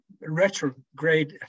retrograde